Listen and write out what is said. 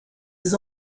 his